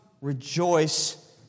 rejoice